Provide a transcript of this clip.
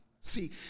See